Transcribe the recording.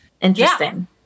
interesting